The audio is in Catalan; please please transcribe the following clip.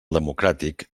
democràtic